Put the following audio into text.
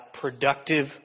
productive